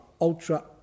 ultra